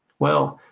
well,